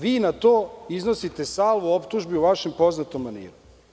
Vi na to iznosite sve optužbe u vašem poznatom maniru.